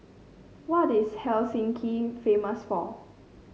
what is Helsinki famous for